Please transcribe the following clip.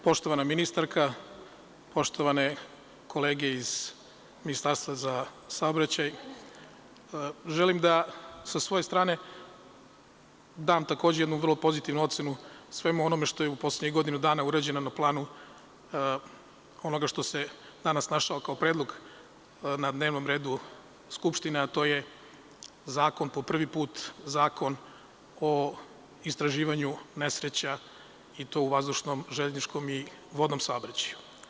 Poštovana ministarka, poštovane kolege iz Ministarstva za saobraćaj, želim da sa svoje strane dam takođe jednu vrlo pozitivnu ocenu svemu onome što je u poslednjih godinu dana urađeno na planu onoga što se danas našlo kao predlog na dnevnom redu Skupštine, a to je po prvi put Zakon o istraživanju nesreća i to u vazdušnom, železničkom i vodnom saobraćaju.